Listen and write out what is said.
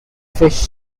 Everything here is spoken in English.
fish